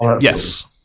Yes